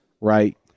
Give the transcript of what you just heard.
right